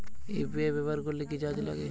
UPI ব্যবহার করলে কি চার্জ লাগে?